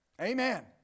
Amen